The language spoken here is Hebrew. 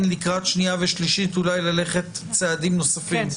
לקראת הקריאה השנייה והקריאה השלישית אולי ללכת צעדים נוספים?